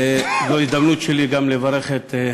זו ההזדמנות שלי גם לברך את,